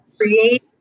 create